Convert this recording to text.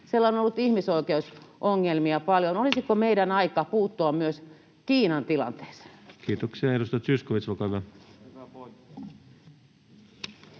ihmisoikeusongelmia paljon. Olisiko meidän aika puuttua myös Kiinan tilanteeseen? Kiitoksia. — Edustaja Zyskowicz, olkaa hyvä.